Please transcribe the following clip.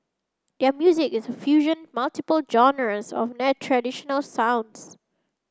their music is a fusion multiple genres of traditional sounds